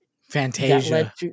Fantasia